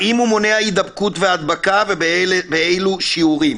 האם הוא מונע הידבקות והדבקה, ובאילה שיעורים?